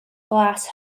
glas